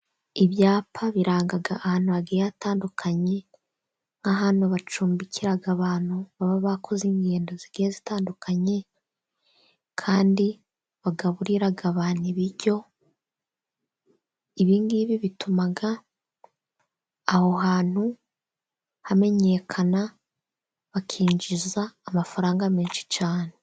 Ibyapa biranga ahantu hagiye hatandukanye, nk'ahantu bacumbikira abantu baba bakoze ingendo zitandukanye kandi bagaburira abantu ibiryo, ibingibi bituma aho hantu hamenyekana, bakinjiza amafaranga menshi cyane.